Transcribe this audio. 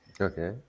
Okay